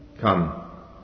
Come